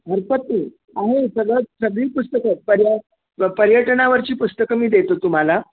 आहे सगळं सगळी पुस्तकं पर्य पर्यटनावरची पुस्तकं मी देतो तुम्हाला